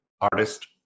artist